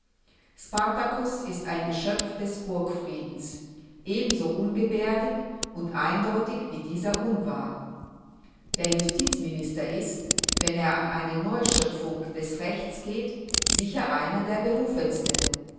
sp ist ein geschöpf des burgfriedens ebenso ungebärdig u eindeutig wie dieser unwahr der justizminister ist wenn er an eine neuschöpfung des rechts geht sicher einer der